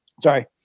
Sorry